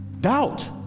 doubt